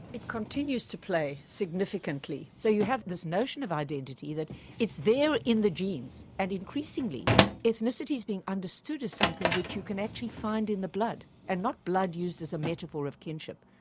it continues to play significantly. so you have this notion of identity that it's there in the genes, and increasingly ethnicity's been understood as something which you can actually find in the blood, and not blood used as a metaphor of kinship,